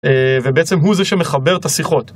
ובעצם הוא זה שמחבר את השיחות.